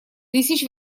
тысяч